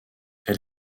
elle